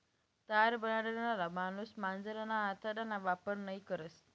तार बनाडणारा माणूस मांजरना आतडाना वापर नयी करस